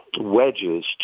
wedges